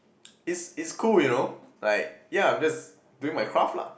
it's it's cool you know like yeah I'm just doing my craft lah